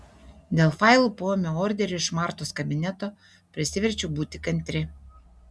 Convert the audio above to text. dėl failų poėmio orderio iš martos kabineto prisiverčiau būti kantri